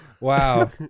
Wow